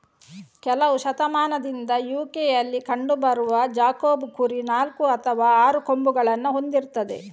ಕೆಲವು ಶತಮಾನದಿಂದ ಯು.ಕೆಯಲ್ಲಿ ಕಂಡು ಬರುವ ಜಾಕೋಬ್ ಕುರಿ ನಾಲ್ಕು ಅಥವಾ ಆರು ಕೊಂಬುಗಳನ್ನ ಹೊಂದಿರ್ತದೆ